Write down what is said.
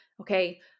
okay